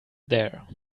there